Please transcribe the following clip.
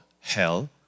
hell